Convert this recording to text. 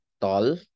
tall